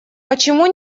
почему